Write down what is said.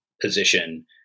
position